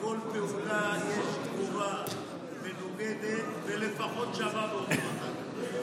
לכל פעולה יש תגובה מנוגדת, ולפחות שווה בעוצמתה.